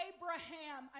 Abraham